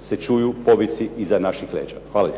se čuju povici iza naših leđa. Hvala